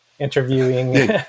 interviewing